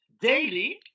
daily